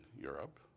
Europe